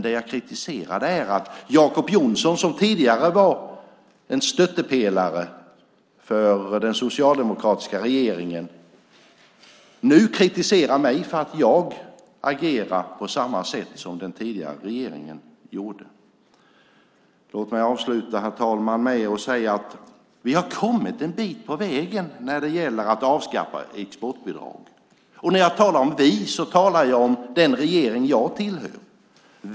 Det jag kritiserar är att Jacob Johnson, som tidigare var en stöttepelare för den socialdemokratiska regeringen, nu kritiserar mig för att jag agerar på samma sätt som den tidigare regeringen gjorde. Herr talman! Låt mig avsluta med att säga att vi har kommit en bit på väg när det gäller att avskaffa exportbidrag. När jag talar om "vi" talar jag om den regering jag tillhör.